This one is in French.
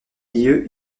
lieux